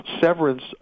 severance